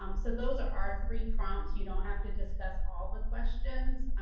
um so those are our three prompts. you don't have to discuss all the questions.